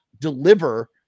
deliver